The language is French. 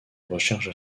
recherche